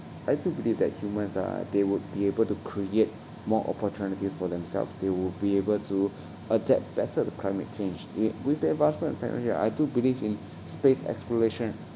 I do believe that humans are they would be able to create more opportunities for themselves they would be able to adapt better to climate change it with the advancement of technology I do believe in space exploration